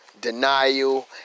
denial